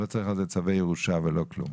לצורך כך לא צריך צווי ירושה ולא כלום.